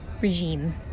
regime